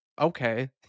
okay